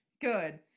Good